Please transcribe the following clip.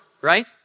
right